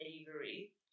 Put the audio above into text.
Avery